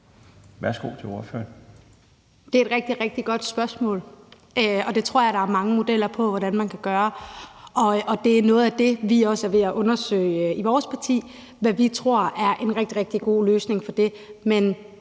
(M): Det er et rigtig, rigtig godt spørgsmål, og jeg tror, der er mange modeller for, hvordan man kan gøre det. Det er noget af det, vi også er ved at undersøge i vores parti – hvad vi tror er en rigtig god løsning på det.